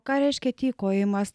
ką reiškia tykojimas